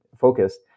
focused